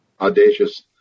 audacious